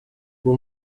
uwo